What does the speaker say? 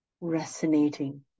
resonating